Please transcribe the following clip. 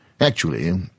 Actually